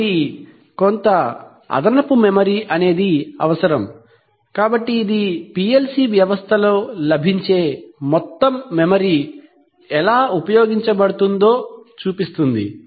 కాబట్టి కొంత అదనపు మెమరీ అవసరం కాబట్టి ఇది PLC వ్యవస్థలో లభించే మొత్తం మెమరీ ఎలా ఉపయోగించబడుతుందో చూపిస్తుంది